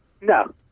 No